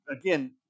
again